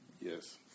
Yes